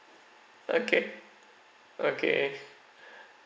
okay okay